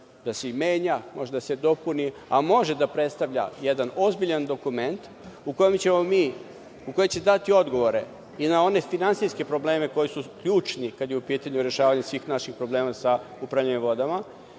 da se menja, da se dopuni, a može da predstavlja jedan ozbiljan dokument, u kojem će dati odgovore i na one finansijske probleme koji su ključni kada je u pitanju rešavanje svih naših problema sa upravljanje vodama,